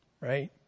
Right